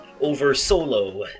over-solo